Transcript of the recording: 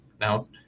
Now